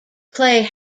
clay